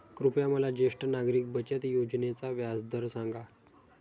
कृपया मला ज्येष्ठ नागरिक बचत योजनेचा व्याजदर सांगा